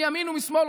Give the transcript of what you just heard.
מימין ומשמאל,